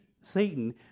Satan